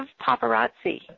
paparazzi